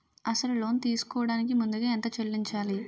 అసలు లోన్ తీసుకోడానికి ముందుగా ఎంత చెల్లించాలి?